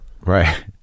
right